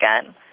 again